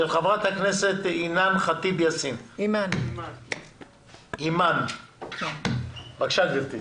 של ח"כ אימאן ח'טיב יאסין (מס' 223). בבקשה גברתי.